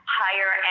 higher